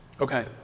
Okay